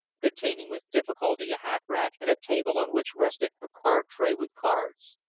containing with difficulty a hat-rack and a table on which rested a card tray with cards.